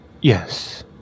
Yes